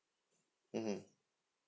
mmhmm